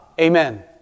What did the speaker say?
Amen